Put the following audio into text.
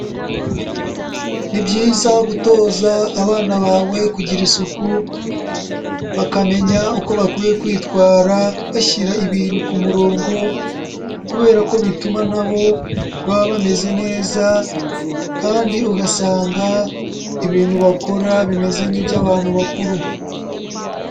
Ni byiza gutoza abana bawe kugira isuku bakamenya uko bakwiye kwitwara bashyira ibintu ku murongo kubera ko bituma na bo baba bameze neza kandi ugasanga ibintu bakora bimeze nk'iby'abantu bakuru.